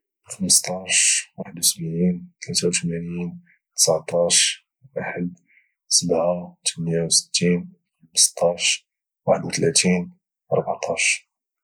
15 71 83 19 1 7 68 15 31 14